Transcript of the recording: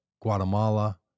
Guatemala